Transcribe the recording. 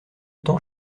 temps